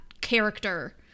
character